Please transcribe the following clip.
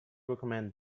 recommend